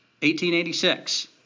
1886